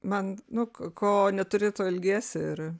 man nu ko neturi to ilgiesi ir